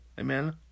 Amen